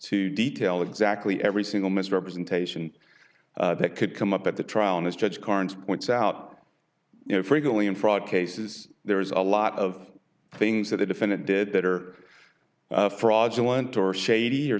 to detail exactly every single misrepresentation that could come up at the trial and as judge carnes points out you know frequently in fraud cases there is a lot of things that the defendant did that are fraudulent or shady or